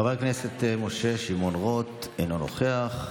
חבר הכנסת משה שמעון רוט, אינו נוכח,